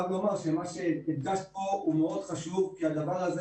שמה שהדגשת פה הוא מאוד חשוב כי הדבר הזה